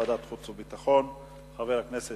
שולחן הכנסת היו"ר מגלי והבה: חברי חברי הכנסת,